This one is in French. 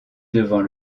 devant